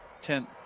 ten